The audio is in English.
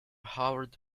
howard